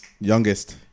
Youngest